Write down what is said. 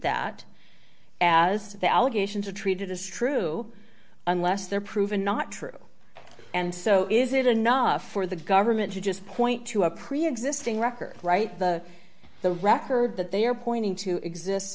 that as the allegations are treated as true unless they're proven not true and so is it enough for the government to just point to a preexisting record write the the record that they are pointing to exist